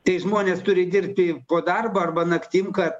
tai žmonės turi dirbti po darbo arba naktim kad